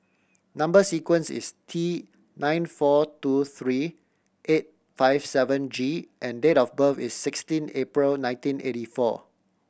number sequence is T nine four two three eight five seven G and date of birth is sixteen April nineteen eighty four